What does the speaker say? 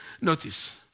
Notice